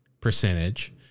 percentage